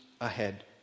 ahead